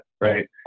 right